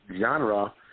genre